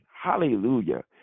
Hallelujah